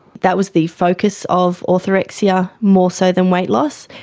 that was the focus of orthorexia more so than weight loss,